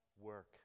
work